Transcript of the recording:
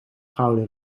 gouden